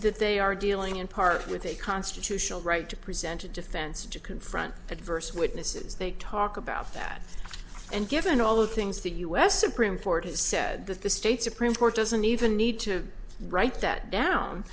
that they are dealing in part with a constitutional right to present a defense to confront adverse witnesses they talk about that and given all the things the u s supreme court has said that the state supreme court doesn't even need to write that down